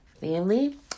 family